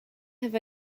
have